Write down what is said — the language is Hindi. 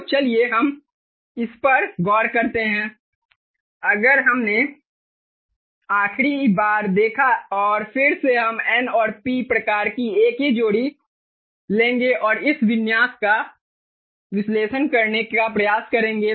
तो चलिए हम इस पर गौर करते हैं अगर हमने आखिरी बार देखा और फिर से हम N और P प्रकार की एक ही जोड़ी लेंगे और इस विन्यास का विश्लेषण करने का प्रयास करेंगे